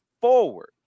forward